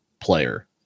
player